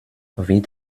wird